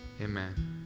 Amen